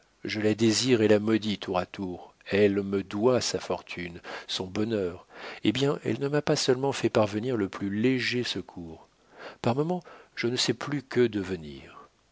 je la désire et la maudis tour à tour elle me doit sa fortune son bonheur eh bien elle ne m'a pas seulement fait parvenir le plus léger secours par moments je ne sais plus que devenir